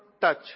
touch